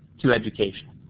to education.